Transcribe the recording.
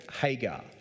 Hagar